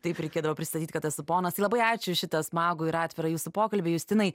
taip reikėdavo pristatyt kad esu ponas tai labai ačiū už šitą smagų ir atvirą jūsų pokalbį justinai